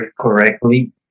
correctly